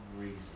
reason